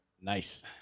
Nice